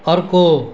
अर्को